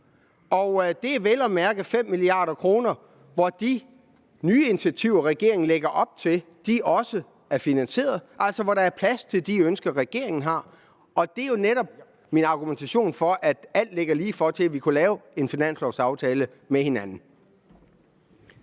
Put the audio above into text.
og det er vel at mærke 5 mia. kr., hvor de nye initiativer, som regeringen lægger op til, også er finansierede, hvor der altså er plads til de ønsker, som regeringen har. Det er jo netop min argumentation for, at alt ligger lige for, at vi kan lave en finanslovsaftale med hinanden.